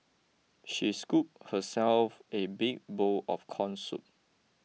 she scooped herself a big bowl of Corn Soup